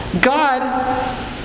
God